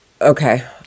Okay